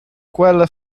quella